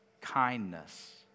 kindness